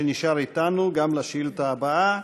הוא נשאר אתנו גם לשאילתה הבאה,